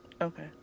Okay